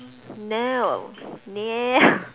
no no